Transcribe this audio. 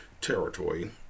territory